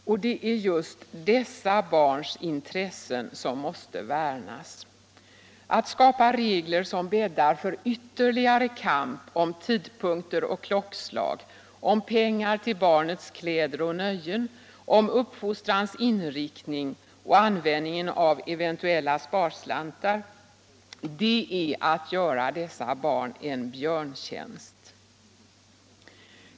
Men det är just dessa barns intressen som måste värnas. Att skapa regler som bäddar för ytterligare kamp om tidpunkter och klockslag, om pengar till barnets kläder och nöjen, om uppfostrans inriktning och användningen av eventuella sparslantar är att göra dessa barn en björntjänst.